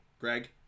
Greg